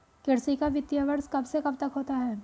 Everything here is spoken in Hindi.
कृषि का वित्तीय वर्ष कब से कब तक होता है?